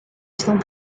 estão